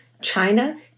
China